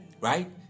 Right